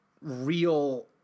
real